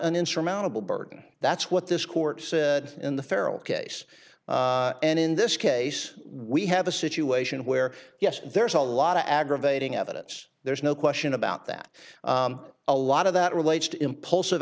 an insurmountable burden that's what this court said in the federal case and in this case we have a situation where yes there's a lot of aggravating evidence there's no question about that a lot of that relates to impulsive